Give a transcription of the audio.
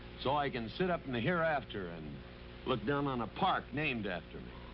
so i can sit up in the hereafter and look down on a park named after me,